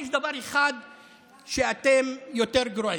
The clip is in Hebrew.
יש דבר אחד שבו אתם יותר גרועים: